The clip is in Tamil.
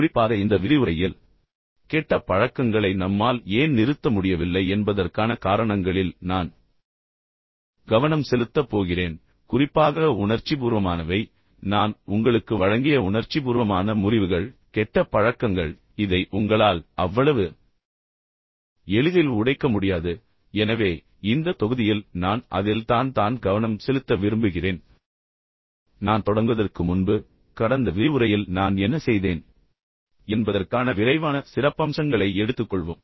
குறிப்பாக இந்த விரிவுரையில் கெட்ட பழக்கங்களை நம்மால் ஏன் நிறுத்த முடியவில்லை என்பதற்கான காரணங்களில் நான் கவனம் செலுத்தப் போகிறேன் குறிப்பாக உணர்ச்சிபூர்வமானவை நான் உங்களுக்கு வழங்கிய உணர்ச்சிபூர்வமான முறிவுகள் கெட்ட பழக்கங்கள் எனவே இதை உங்களால் அவ்வளவு எளிதில் உடைக்க முடியாது எனவே இந்த தொகுதியில் நான் அதில் தான் தான் கவனம் செலுத்த விரும்புகிறேன் நான் தொடங்குவதற்கு முன்பு கடந்த விரிவுரையில் நான் என்ன செய்தேன் என்பதற்கான விரைவான சிறப்பம்சங்களை எடுத்துக்கொள்வோம்